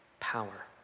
power